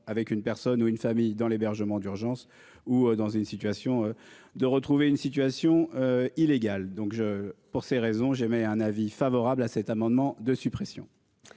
avec une personne ou une famille dans l'hébergement d'urgence ou dans une situation de retrouver une situation illégale donc je. Pour ces raisons j'émets un avis favorable à cet amendement de suppression.